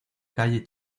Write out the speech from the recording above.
calle